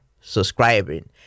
subscribing